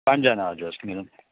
पाँचजना हजुर म्याडम